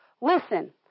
Listen